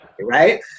right